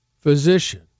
physician